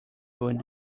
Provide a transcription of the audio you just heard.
doing